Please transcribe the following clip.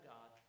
God